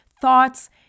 thoughts